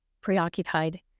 preoccupied